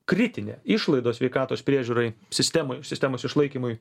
kritinė išlaidos sveikatos priežiūrai sistemai sistemos išlaikymui